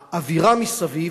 האווירה מסביב,